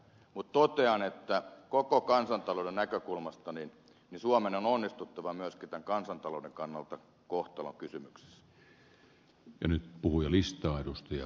mutta totean että koko kansantalouden näkökulmasta suomen on onnistuttava myöskin tämän kansantalouden kannalta kohtalonkysymyksessä